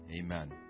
Amen